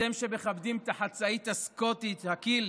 אתם, שמכבדים את החצאית הסקוטית, הקילט,